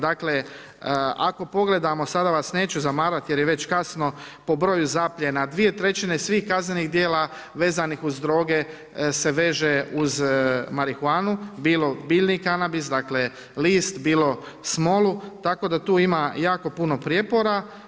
Dakle, ako pogledamo, sada vas neću zamarat jer je već kasno, po broju zapljena, 2/3 svih kaznenih djela vezanih uz droge se veže uz marihuanu, bio biljni kanabis, dakle list, bilo smolu, tako da tu ima jako puno prijepora.